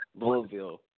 Louisville